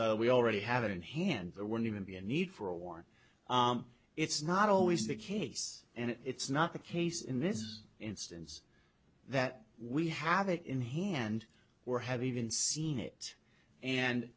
less we already have it in hand there weren't even be a need for a war it's not always the case and it's not the case in this instance that we have it in hand or have even seen it and